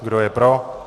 Kdo je pro.